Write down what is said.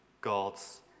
God's